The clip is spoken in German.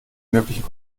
möglichen